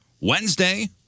Wednesday